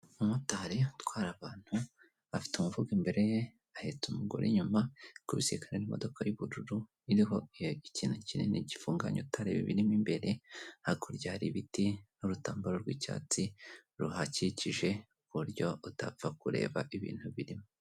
Umumotari utwara abantu, afite umufuka imbere ye, ahitse umugore inyuma, ari kubisikana n'imodoka y'ubururu iriho ikintu kinini gifunganye utareba ibirimo imbere, hakurya hari ibiti n'urutambaro rw'icyatsi ruhakikije ku buryo utapfa kureba ibintu birimo.